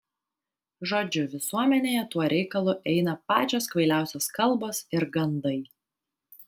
žodžiu visuomenėje tuo reikalu eina pačios kvailiausios kalbos ir gandai